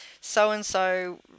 so-and-so